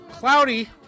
Cloudy